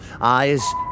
eyes